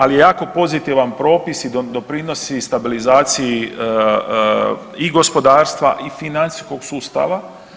Ali je jako pozitivan propis i doprinosi stabilizaciji i gospodarstva i financijskog sustava.